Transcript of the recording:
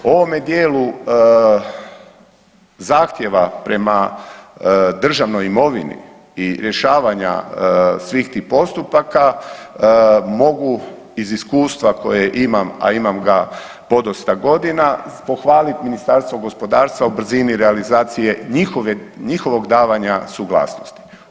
U ovome dijelu zahtjeva prema državnoj imovini i rješavanja svih tih postupaka, mogu iz iskustva koje imam, a imam ga podosta godina, pohvalit Ministarstvo gospodarstva u brzini realizacije njihovog davanja suglasnosti.